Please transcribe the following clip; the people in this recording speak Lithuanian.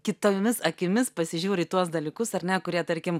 kitomis akimis pasižiūri į tuos dalykus ar ne kurie tarkim